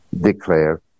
declare